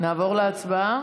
נעבור להצבעה?